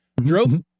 drove